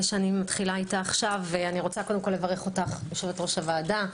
אני מברכת אותך יושבת-ראש הוועדה,